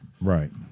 right